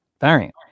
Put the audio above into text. variant